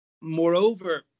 moreover